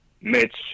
Mitch